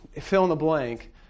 fill-in-the-blank